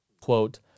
quote